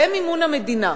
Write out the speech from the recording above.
במימון המדינה.